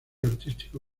artístico